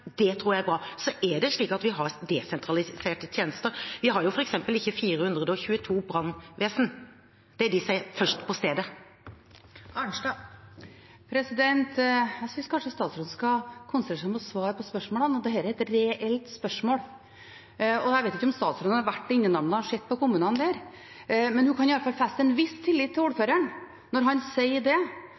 Det blir et dobbelt så stort kompetansemiljø, og det tror jeg er bra. Vi har desentraliserte tjenester. Vi har f.eks. ikke 422 brannvesen. Det er de som er først på stedet. Marit Arnstad – til oppfølgingsspørsmål. Jeg synes kanskje statsråden skal konsentrere seg om å svare på spørsmålene, og dette er et reelt spørsmål. Jeg vet ikke om statsråden har vært i Indre Namdal og sett på kommunene der, men hun kan i alle fall feste en viss tillit til ordføreren når han sier at det